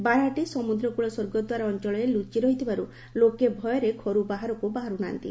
ବାରହାଟି ସମୁଦ୍ରକୁଳ ସ୍ୱର୍ଗଦ୍ୱାର ଅଅଳରେ ଲୁଚି ରହିଥିବାରୁ ଲୋକେ ଭୟରେ ଘରୁ ବାହାରକୁ ବାହରୁ ନାହାଁନ୍ତି